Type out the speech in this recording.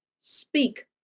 speak